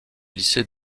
lycée